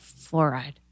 fluoride